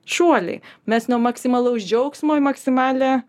šuoliai mes nuo maksimalaus džiaugsmo į maksimalią